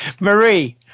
Marie